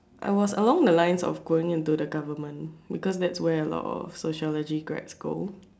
I was along the lines of going into the government because that's where a lot of sociology grads go